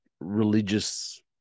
religious